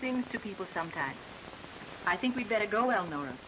things to people sometimes i think we'd better go well known